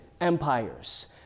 empires